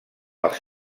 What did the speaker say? els